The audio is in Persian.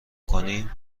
کنیم